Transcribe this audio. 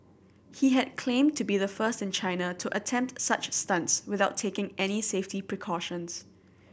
he had claimed to be the first in China to attempt such stunts without taking any safety precautions